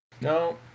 No